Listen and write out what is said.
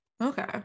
Okay